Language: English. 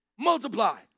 Multiply